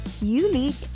unique